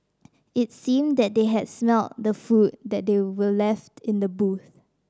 it seemed that they had smelt the food that they were left in the boot